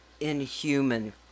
inhuman